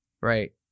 right